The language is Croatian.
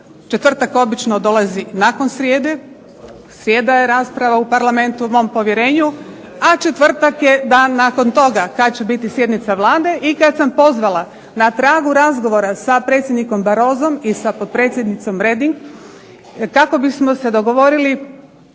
četvrtak obično dolazi nakon srijede. Srijeda je rasprava u Parlamentu o mom povjerenju, a četvrtak je nakon toga kada će biti sjednica Vlade i kada sam pozvala na tragu razgovora sa predsjednikom Barrosom i sa potpredsjednicom Reding kako bismo se dogovorili